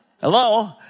Hello